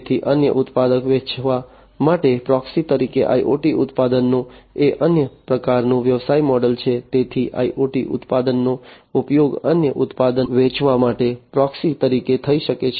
તેથી અન્ય ઉત્પાદન વેચવા માટે પ્રોક્સી તરીકે IoT ઉત્પાદનો એ અન્ય પ્રકારનું વ્યવસાય મોડેલ છે તેથી IoT ઉત્પાદનોનો ઉપયોગ અન્ય ઉત્પાદન વેચવા માટે પ્રોક્સીતરીકે થઈ શકે છે